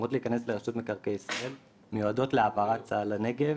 שאמורות להיכנס לרשות מקרקעי ישראל מיועדות להעברת צה"ל לנגב